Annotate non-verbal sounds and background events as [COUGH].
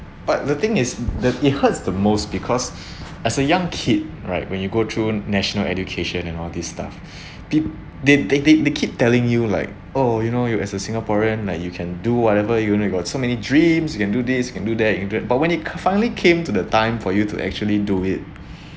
but the thing is that it hurts the most because [BREATH] as a young kid right when you go through national education and all this stuff [BREATH] pe~ they they they keep telling you like oh you know you as a singaporean like you can do whatever you'd got so many dreams you can do this can do that but when it finally came to the time for you to actually do it [BREATH]